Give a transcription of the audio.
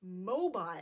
mobile